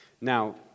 Now